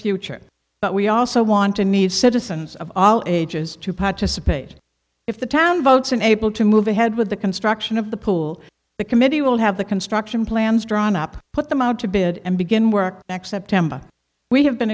future but we also want to need citizens of all ages to participate if the town votes unable to move ahead with the construction of the pool the committee will have the construction plans drawn up put them out to bid and begin work back september we have been